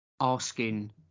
asking